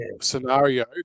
scenario